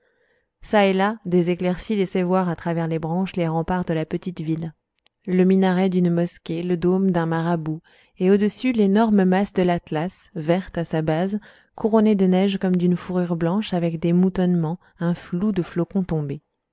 çà et là des éclaircies laissaient voir à travers les branches les remparts de la petite ville le minaret d'une mosquée le dôme d'un marabout et au-dessus l'énorme masse de l'atlas verte à sa base couronnée de neige comme d'une fourrure blanche avec des moutonnements un flou de flocons tombés